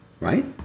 Right